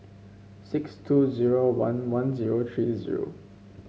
six two zero one one zero three zero